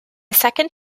second